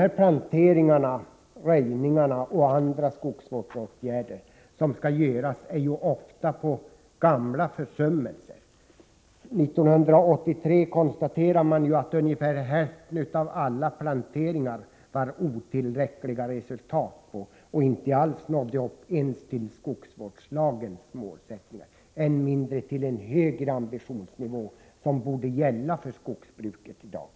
De planteringar, röjningar och andra skogsvårdsåtgärder som skall företas är ofta till för att avhjälpa gamla försummelser. 1983 konstaterade man att ungefär hälften av alla planteringar gav otillräckliga resultat och inte nådde upp ens till skogsvårdslagens målsättningar, än mindre till den högre ambitionsnivå som borde gälla för skogsbruket i dag.